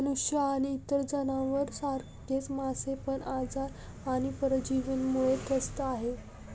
मनुष्य आणि इतर जनावर सारखच मासे पण आजार आणि परजीवींमुळे त्रस्त आहे